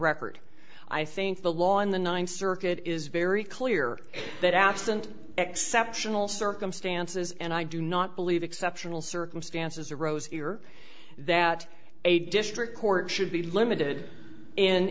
record i think the law in the ninth circuit is very clear that absent exceptional circumstances and i do not believe exceptional circumstances are rosier that a district court should be limited and